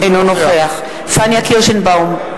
אינו נוכח פניה קירשנבאום,